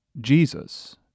Jesus